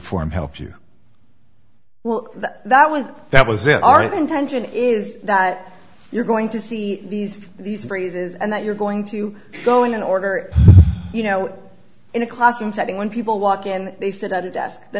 form help you well that was that was it our intention is that you're going to see these these phrases and that you're going to go in order you know in a classroom setting when people walk in and they sit at a desk the